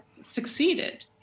succeeded